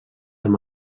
amb